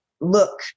look